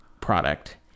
product